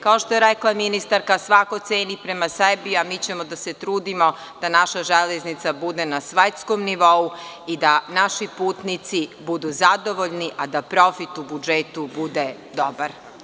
Kao što je rekla ministarka, svako ceni prema sebi, a mi ćemo da se trudimo da naša železnica bude na svetskom nivou i da naši putnici budu zadovoljni, a da profit u budžetu bude dobar.